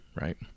right